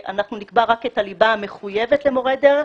אנחנו נקבע רק את הליבה המחויבת למורי דרך,